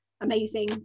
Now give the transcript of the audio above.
amazing